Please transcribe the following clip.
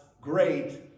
great